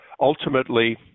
ultimately